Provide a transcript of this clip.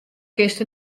kinst